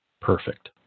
perfect